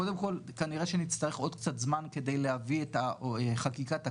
כנראה שנצטרך עוד קצת זמן כדי להביא את חקיקת הקבע,